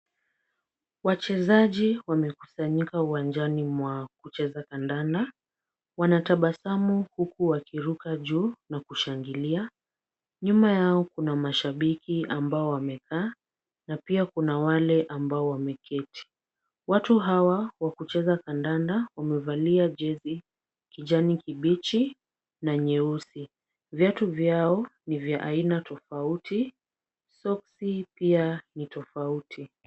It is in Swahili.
Wachezaji wamekusanyika uwanjani mwa kucheza kandanda. Wanatabasamu huku wakiruka juu na kushangilia. Nyuma yao kuna mashabiki ambao wamekaa na pia kuna wale ambao wameketi. Watu hawa wa kucheza kandanda wamevalia jezi kijani kibichi na nyeusi. Viatu vyao ni vya aina tofauti ,soksi pia ni tofauti.